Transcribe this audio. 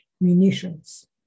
munitions